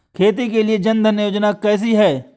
खेती के लिए जन धन योजना कैसी है?